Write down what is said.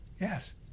Yes